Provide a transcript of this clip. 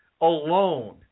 alone